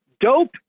dope